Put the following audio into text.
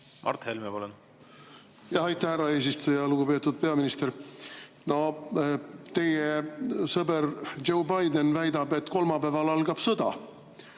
Mart Helme, palun! Aitäh, härra eesistuja! Lugupeetud peaminister! No teie sõber Joe Biden väidab, et kolmapäeval algab sõda.